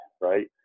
right